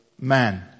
man